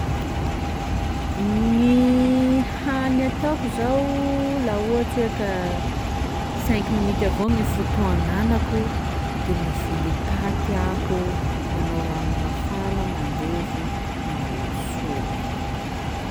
Gny hany ataoko zao laha ohatsy hoe ka cinq minuty avao gny fotoa agnanako de mivily paty aho, manao rano mafana mandevy, manao lasopy.